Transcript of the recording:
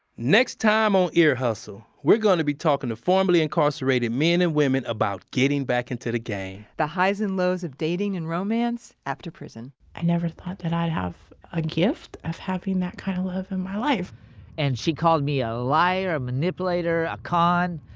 next time on ear hustle, we're gonna be talking to formerlyincarcerated men and women about getting back into the game the highs and lows of dating and romance after prison i never thought that i'd have a gift of having that kind of love in my life and she called me a liar, a manipulator, a con,